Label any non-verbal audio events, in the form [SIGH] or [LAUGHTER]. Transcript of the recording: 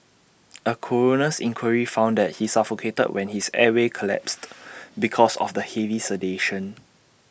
[NOISE] A coroner's inquiry found that he suffocated when his airway collapsed [NOISE] because of the heavy sedation